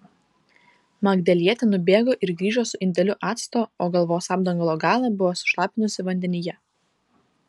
magdalietė nubėgo ir grįžo su indeliu acto o galvos apdangalo galą buvo sušlapinusi vandenyje